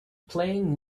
playing